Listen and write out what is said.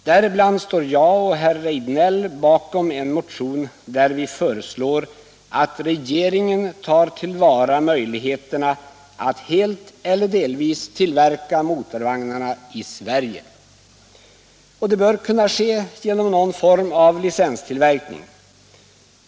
Däribland står jag och herr Rejdnell bakom den motion, vari vi föreslår att regeringen tar till vara möjligheterna att helt eller delvis tillverka motorvagnarna i Sverige. Det bör kunna ske genom någon form av licenstillverkning.